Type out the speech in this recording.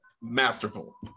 masterful